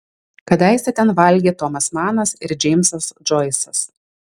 kadaise ten valgė tomas manas ir džeimsas džoisas